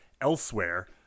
elsewhere